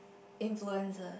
influencer